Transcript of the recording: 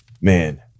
man